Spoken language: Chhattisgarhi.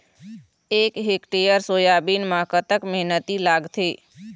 एक हेक्टेयर सोयाबीन म कतक मेहनती लागथे?